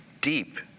deep